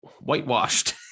whitewashed